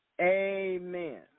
Amen